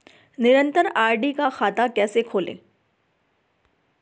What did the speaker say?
निरन्तर आर.डी का खाता कैसे खुलेगा?